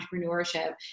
entrepreneurship